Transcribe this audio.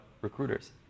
recruiters